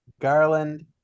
Garland